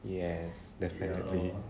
yes definitely